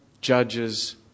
judges